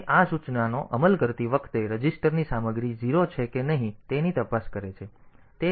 તેથી તે આ સૂચનાનો અમલ કરતી વખતે રજિસ્ટરની સામગ્રી 0 છે કે નહીં તેની તપાસ કરે છે